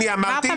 כן אמרת.